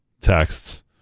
texts